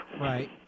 Right